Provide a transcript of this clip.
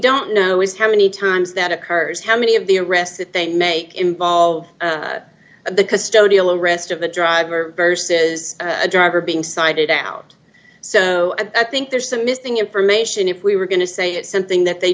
don't know is how many times that occurs how many of the arrests that they make involve the custodial arrest of the driver versus a driver being cited out so i think there's some missing information if we were going to say it's something that they